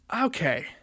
Okay